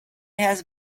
has